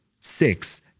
six